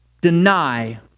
deny